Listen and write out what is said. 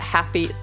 Happy